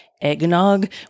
eggnog